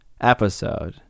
episode